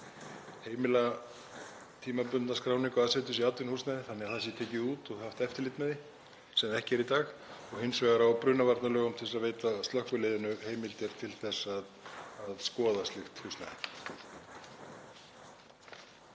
heimila tímabundna skráningu aðseturs í atvinnuhúsnæði þannig að það sé tekið út og haft eftirlit með því, sem ekki er í dag, og hins vegar varðandi brunavarnalög til að veita slökkviliðinu heimildir til að skoða slíkt húsnæði.